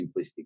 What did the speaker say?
simplistic